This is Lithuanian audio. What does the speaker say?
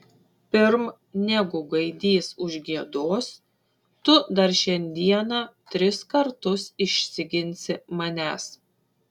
pirm negu gaidys užgiedos tu dar šiandieną tris kartus išsiginsi manęs